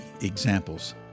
examples